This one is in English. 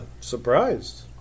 surprised